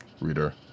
reader